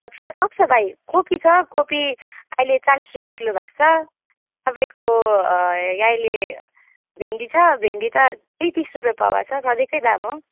fresh आएको छ भाइ कोपी छ कोपी अहिले चालिस रुपियाँ किलो भएको छ तपाईँको अहिले भिन्डी छ भिन्डी त त्यही तिस रुपियाँ पावा छ त्यही सधैँको दाम हो